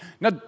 Now